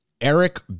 Eric